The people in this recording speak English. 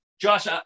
Josh